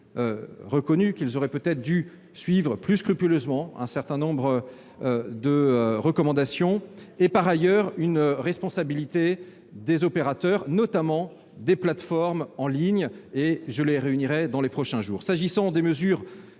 reconnu qu'ils auraient peut-être dû suivre plus scrupuleusement un certain nombre de recommandations -, mais aussi des opérateurs, notamment des plateformes en ligne, que je réunirai dans les prochains jours. S'agissant de la